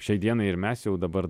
šiai dienai ir mes jau dabar